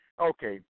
Okay